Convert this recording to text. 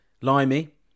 limey